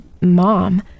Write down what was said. mom